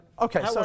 Okay